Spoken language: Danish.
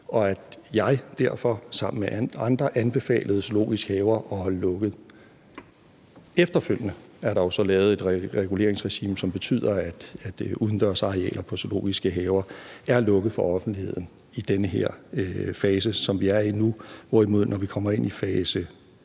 og at jeg derfor sammen med andre anbefalede zoologiske haver at holde lukket. Efterfølgende er der jo så lavet et reguleringsregime, som betyder, at udendørsarealer i zoologiske haver er lukket for offentligheden i den fase, som vi er i nu, hvorimod zoologiske haver, når vi kommer ind i fase